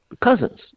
cousins